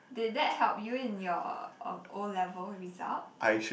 did that help you in your uh O level results